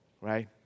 right